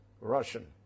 Russian